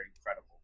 incredible